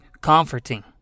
comforting